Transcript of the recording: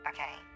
Okay